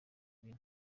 bine